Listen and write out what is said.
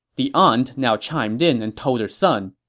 the aunt now chimed in and told her son,